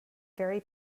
very